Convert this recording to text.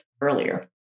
earlier